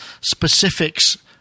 specifics